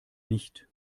nicht